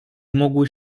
mogły